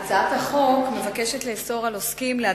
הצעת החוק מבקשת לאסור על עוסקים להדביק,